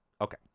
Okay